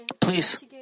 please